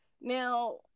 now